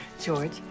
George